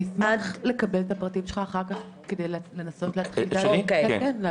אני קודם כל מתנצלת על ההגעה המאוחרת לוועדה המשותפת כאן.